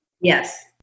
yes